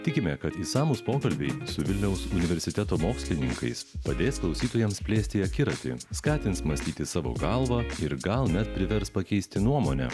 tikime kad išsamūs pokalbiai su vilniaus universiteto mokslininkais padės klausytojams plėsti akiratį skatins mąstyti savo galva ir gal net privers pakeisti nuomonę